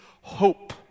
hope